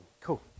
Cool